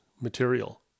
material